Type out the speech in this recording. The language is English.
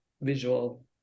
visual